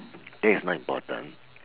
that is not important